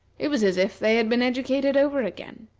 it was as if they had been educated over again.